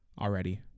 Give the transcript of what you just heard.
already